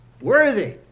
worthy